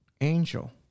angel